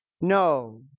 no